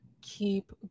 keep